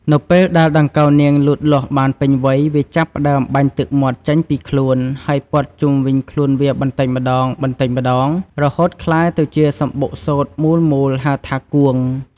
នៅពេលដែលដង្កូវនាងលូតលាស់បានពេញវ័យ វាចាប់ផ្ដើមបាញ់ទឹកមាត់ចេញពីខ្លួន ហើយព័ន្ធជុំវិញខ្លួនវាបន្តិចម្ដងៗ រហូតក្លាយទៅជាសំបុកសូត្រមូលៗហៅថា "គួង"។